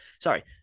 Sorry